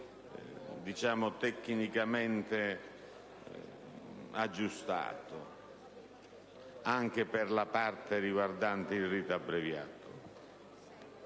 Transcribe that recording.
veniva tecnicamente aggiustato anche per la parte riguardante il rito abbreviato.